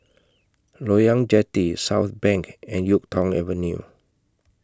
Loyang Jetty Southbank and Yuk Tong Avenue